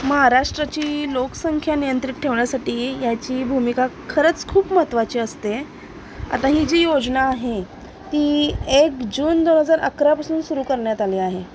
महाराष्ट्राची लोकसंख्या नियंत्रित ठेवण्यासाठी याची भूमिका खरंच खूप महत्त्वाची असते आता ही जी योजना आहे ती एक जून दोन हजार अकरापासून सुरू करण्यात आली आहे